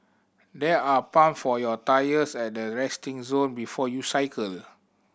there are pump for your tyres at the resting zone before you cycle